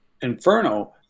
Inferno